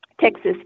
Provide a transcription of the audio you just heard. Texas